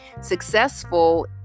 successful